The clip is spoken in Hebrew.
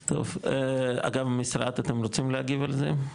טוב, אגב, משרד אתם רוצים להגיב על זה?